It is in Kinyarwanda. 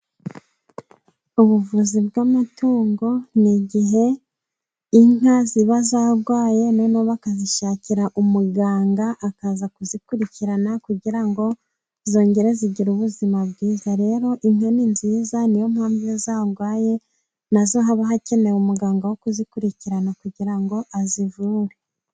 Ubuvuzi bw'amatungo ni igihe inka ziba zarwaye, noneho bakazishakira umuganga, akaza kuzikurikirana kugira ngo zongere zigire ubuzima bwiza. Rero inka ni nziza, niyo mpamvu iyo zarwaye na zo haba hakenewe umuganga wo kuzikurikirana kugira ngo azivure.